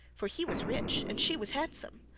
for he was rich, and she was handsome.